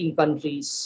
countries